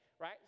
Right